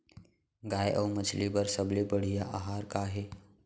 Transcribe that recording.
गाय अऊ मछली बर सबले बढ़िया आहार का हे?